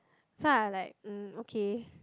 so I like mm okay